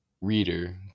reader